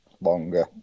longer